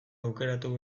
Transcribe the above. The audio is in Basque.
aukeratu